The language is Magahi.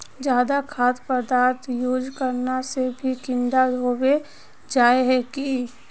ज्यादा खाद पदार्थ यूज करना से भी कीड़ा होबे जाए है की?